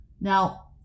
now